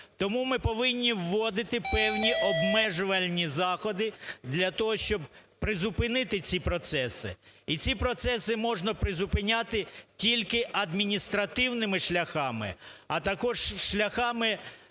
Тому ми повинні вводити певні обмежувальні заходи для того, щоб призупинити ці процеси. І ці процеси можна призупиняти тільки адміністративними шляхами, а також шляхами